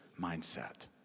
mindset